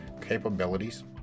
capabilities